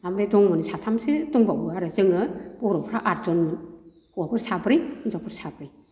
ओमफ्राय दंमोन साथामसो दंबावो आरो जोङो बर'फ्रा आथजनमोन हौवाफोर साब्रै हिनजावफोर साब्रै